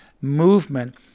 movement